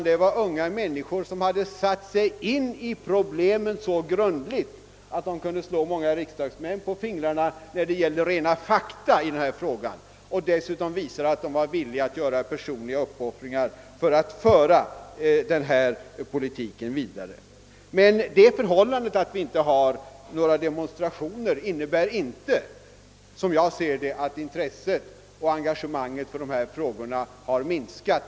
Det var unga människor som hade satt sig in i problemen så grundligt att de när det gällde rena fakta i denna fråga kunde slå många riksdagsmän på fingrarna, och de visade dessutom att de var villiga att göra personliga uppoffringar för att få gehör för sin uppfattning. Men det förhållandet att vi nu inte har demonstranter av detta slag innebär inte att intresset och engagemanget har minskat.